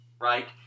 Right